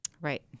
Right